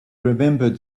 remembered